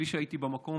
בלי שהייתי במקום,